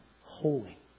holy